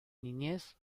niñez